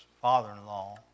father-in-law